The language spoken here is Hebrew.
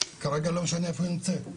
ולא משנה איפה היא נמצאת.